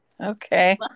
okay